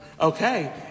Okay